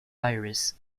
aires